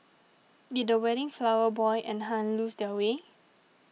did the wedding flower boy and Hun lose their way